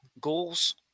goals